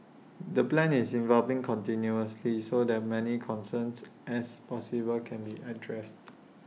the plan is evolving continuously so that many concerns as possible can be addressed